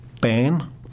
ban